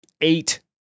eight